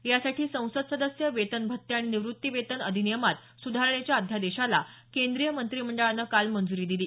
यासाठी संसद सदस्य वेतन भत्ते आणि निवृत्तीवेतल अधिनियमात सुधारणेच्या अध्यादेशाला केंद्रीय मंत्रिमंडळानं काल मंजुरी दिली